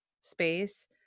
space